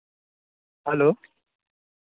hello